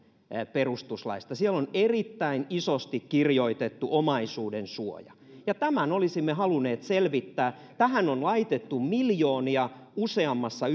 perustuslaista siellä on erittäin isosti kirjoitettu omaisuudensuoja ja tämän olisimme halunneet selvittää tähän on laitettu miljoonia useammassa